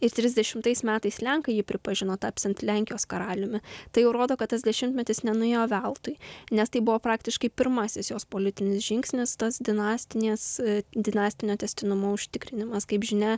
ir trisdešimtais metais lenkai jį pripažino tapsiant lenkijos karaliumi tai rodo kad tas dešimtmetis nenuėjo veltui nes tai buvo praktiškai pirmasis jos politinis žingsnis tas dinastinės dinastinio tęstinumo užtikrinimas kaip žinia